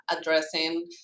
addressing